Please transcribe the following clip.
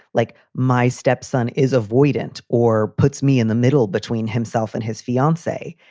like my stepson is avoidant or puts me in the middle between himself and his fiancee.